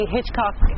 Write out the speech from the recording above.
Hitchcock